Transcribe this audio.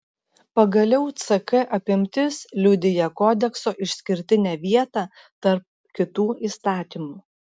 pagaliau ck apimtis liudija kodekso išskirtinę vietą tarp kitų įstatymų